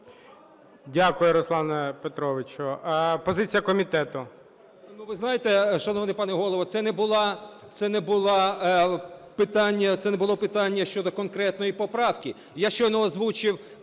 Дякую, Руслане Петровичу. Позиція комітету?